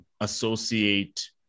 associate